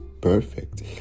perfect